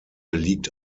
liegt